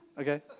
Okay